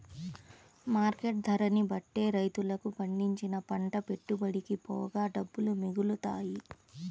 market ధరని బట్టే రైతులకు పండించిన పంట పెట్టుబడికి పోగా డబ్బులు మిగులుతాయి